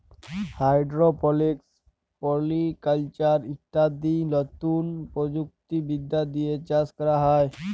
hydroponics, poly culture ইত্যাদি লতুন প্রযুক্তি বিদ্যা দিয়ে চাষ ক্যরা হ্যয়